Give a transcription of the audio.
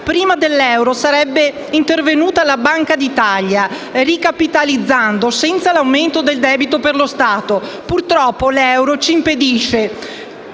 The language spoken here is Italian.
Prima dell'euro sarebbe intervenuta la Banca d'Italia, ricapitalizzando senza l'aumento del debito per lo Stato; purtroppo l'euro ci impedisce